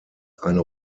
eine